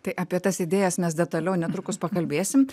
tai apie tas idėjas mes detaliau netrukus pakalbėsim